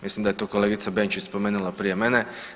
Mislim da je to kolegica Benčić spomenula prije mene.